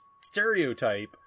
stereotype